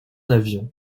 avion